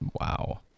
Wow